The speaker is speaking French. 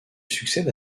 succède